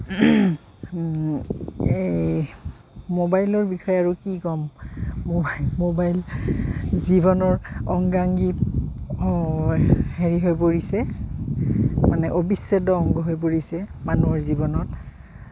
এই মোবাইলৰ বিষয়ে আৰু কি ক'ম মোবাইল জীৱনৰ অংগাংগী হেৰি হৈ পৰিছে মানে অবিচ্ছেদ অংগ হৈ পৰিছে মানুহৰ জীৱনত